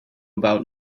about